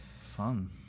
fun